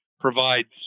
provides